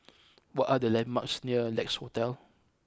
what are the landmarks near Lex Hotel